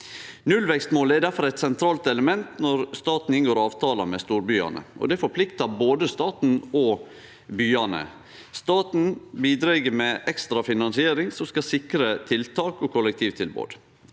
Nullvekstmålet er difor eit sentralt element når staten inngår avtalar med storbyane. Det forpliktar både staten og byane. Staten bidreg med ekstra finansiering som skal sikre tiltak og kollektivtilbod.